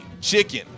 chicken